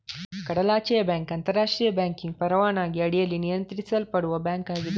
ಕಡಲಾಚೆಯ ಬ್ಯಾಂಕ್ ಅಂತರಾಷ್ಟ್ರೀಯ ಬ್ಯಾಂಕಿಂಗ್ ಪರವಾನಗಿ ಅಡಿಯಲ್ಲಿ ನಿಯಂತ್ರಿಸಲ್ಪಡುವ ಬ್ಯಾಂಕ್ ಆಗಿದೆ